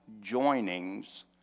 joinings